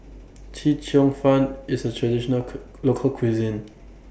Chee Cheong Fun IS A Traditional Local Cuisine